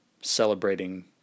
celebrating